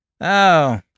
Oh